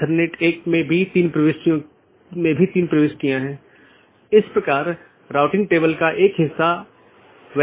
अगर हम पिछले व्याख्यान या उससे पिछले व्याख्यान में देखें तो हमने चर्चा की थी